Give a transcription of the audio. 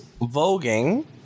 voguing